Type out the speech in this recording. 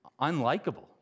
unlikable